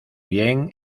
bien